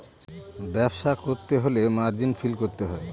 ব্যবসা করতে হলে মার্জিন ফিল করতে হয়